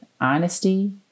honesty